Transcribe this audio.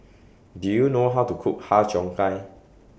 Do YOU know How to Cook Har Cheong Gai